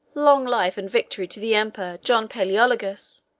long life and victory to the emperor, john palaeologus!